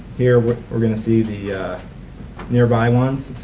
here we're we're going to see the nearby ones.